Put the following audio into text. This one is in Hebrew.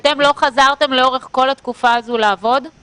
אני חייב לשמור על ריחוק של 2 מטרים ואני חייב מסיכות.